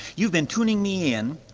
you've been tuning me in.